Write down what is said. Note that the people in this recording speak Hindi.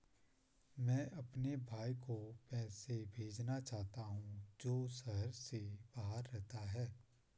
मैं अपने भाई को पैसे भेजना चाहता हूँ जो शहर से बाहर रहता है